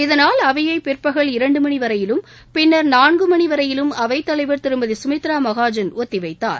இதனால் அவையை பிற்பகல் இரண்டு மணிவரையிலும் பின்னர் நான்கு மணிவரையிலும் அவைத்தலைவர் திருமதி சுமித்ரா மகாஜன் ஒத்திவைத்தார்